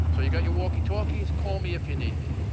so you got your walkie-talkies call me if you need me.